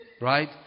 right